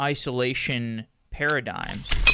isolation paradigms.